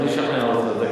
אני אשכנע אותך.